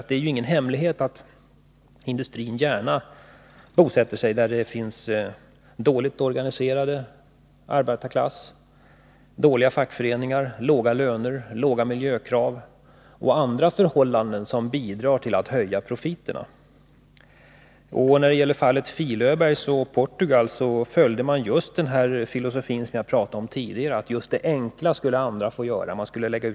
Det är ju ingen hemlighet att industrin gärna bosätter sig där det finns en dåligt organiserad arbetarklass, dåliga fackföreningar, låga löner, låga miljökrav och andra förhållanden som bidrar till att höja profiterna. I fallet Fil-Öberg och Portugal, så följde det företaget just den filosofi som jag talat om tidigare, nämligen att det enkla skall andra få göra.